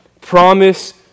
Promise